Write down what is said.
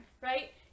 right